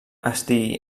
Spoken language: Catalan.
estigui